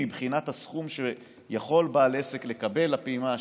מבחינת הסכום שיכול בעל עסק לקבל בפעימה השלישית,